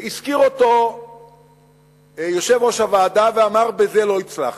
הזכיר אותו יושב-ראש הוועדה ואמר, בזה לא הצלחנו,